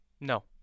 No